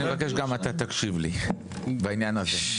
אני מבקש גם אתה תקשיב לי בעניין הזה,